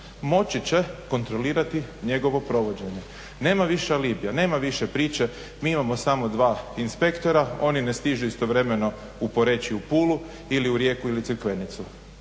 moći će kontrolirati njegovo provođenje. Nema više alibija, nema više priče mi imamo samo dva inspektora oni ne stižu istovremeno u Poreč i u Pulu ili u Rijeku ili Crikvenicu.